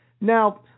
Now